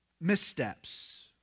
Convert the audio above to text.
missteps